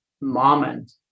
moment